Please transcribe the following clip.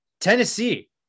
Tennessee